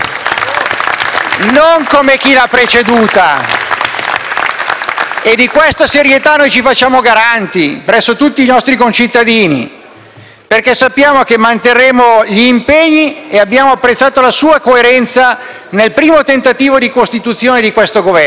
Non come chi l'ha preceduta. E di questa serietà noi ci facciamo garanti presso tutti i nostri concittadini, perché sappiamo che manterremo gli impegni e abbiamo apprezzato la sua coerenza nel primo tentativo di costituzione di questo Governo.